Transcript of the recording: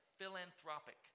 Philanthropic